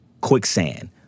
Quicksand